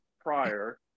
prior